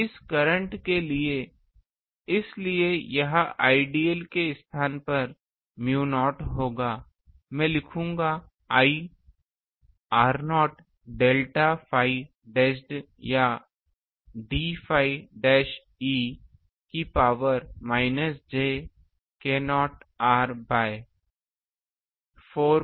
इस करंट के लिए इसलिए यह Idl के स्थान पर म्यू नॉट होगा मैं लिखूंगा I r0 delta phi dashed या d phi डैशड e की power minus j k0 r by 4 pi this one